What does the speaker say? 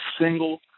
single